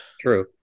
True